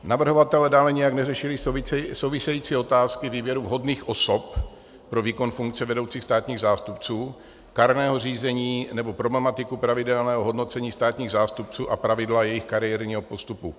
Navrhovatelé dále nijak neřešili související otázky výběru vhodných osob pro výkon funkce vedoucích státních zástupců, kárného řízení nebo problematiku pravidelného hodnocení státních zástupců a pravidla jejich kariérního postupu.